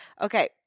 Okay